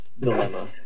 dilemma